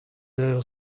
eur